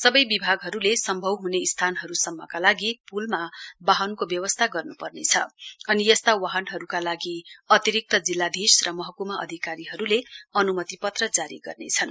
सबै विभागहरूले सम्भव हुने स्थानहरूसम्मका लागि पूलमा वाहनको व्यवस्था गर्नुपर्नेछ अनि यस्ता वाहनहरूका लागि अतिरिक्त जिल्लाधीश र महकुमा अधिकारीहरूले अनुमति पत्र जारी गर्नेछन्